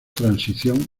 transición